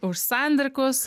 už sandrikus